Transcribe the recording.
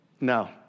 No